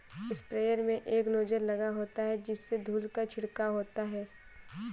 sprayer में एक nozzle लगा होता है जिससे धूल का छिड़काव होता है